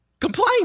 complain